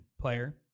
player